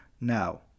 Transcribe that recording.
Now